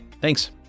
Thanks